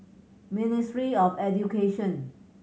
Ministry of Education